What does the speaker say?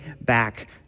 back